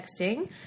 Texting